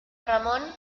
ramón